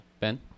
Ben